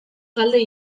galde